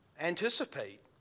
anticipate